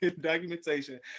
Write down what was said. documentation